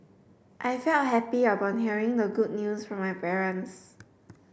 I felt happy upon hearing the good news from my parents